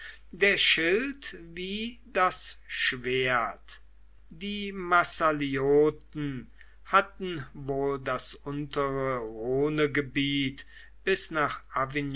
der schild wie das schwert die massalioten hatten wohl das untere rhonegebiet bis nach